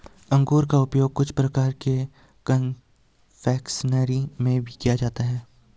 अंगूर का उपयोग कुछ प्रकार के कन्फेक्शनरी में भी किया जाता है